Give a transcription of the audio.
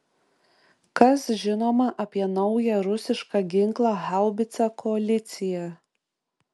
kas žinoma apie naują rusišką ginklą haubicą koalicija